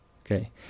Okay